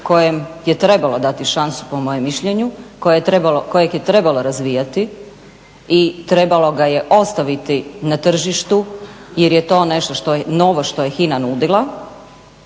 kojem je trebalo dati šansu po mojem mišljenju, kojeg je trebalo razvijati i trebalo ga je ostaviti na tržištu jer je to nešto novo što je HINA nudila